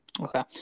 Okay